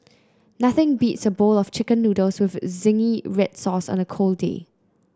nothing beats a bowl of chicken noodles with zingy red sauce on a cold day